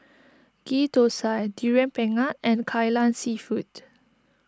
Ghee Thosai Durian Pengat and Kai Lan Seafood